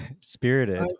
spirited